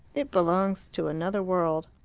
it belongs to another world.